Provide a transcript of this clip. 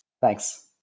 Thanks